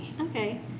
Okay